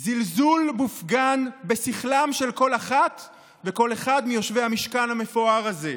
זלזול מופגן בשכלם של כל אחת וכל אחד מיושבי המשכן המפואר הזה.